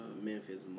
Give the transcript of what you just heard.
Memphis